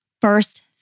first